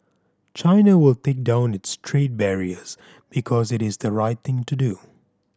China will take down its trade barriers because it is the right thing to do